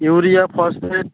urea phosphate